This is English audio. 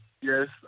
yes